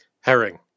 Herring